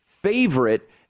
favorite